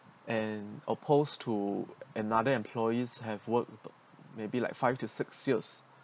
and opposed to another employees have worked but maybe like five to six years